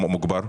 המוגבר?